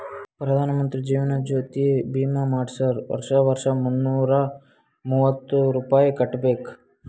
ಪ್ರಧಾನ್ ಮಂತ್ರಿ ಜೀವನ್ ಜ್ಯೋತಿ ಭೀಮಾ ಮಾಡ್ಸುರ್ ವರ್ಷಾ ವರ್ಷಾ ಮುನ್ನೂರ ಮೂವತ್ತ ರುಪಾಯಿ ಕಟ್ಬಬೇಕ್